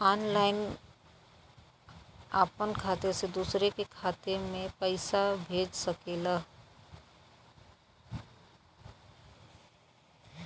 online आपन खाते से दूसर के खाते मे पइसा भेज सकेला